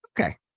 Okay